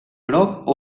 groc